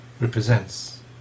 represents